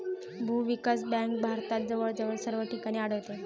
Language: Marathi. भूविकास बँक भारतात जवळजवळ सर्व ठिकाणी आढळते